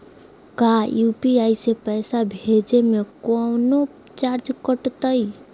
का यू.पी.आई से पैसा भेजे में कौनो चार्ज कटतई?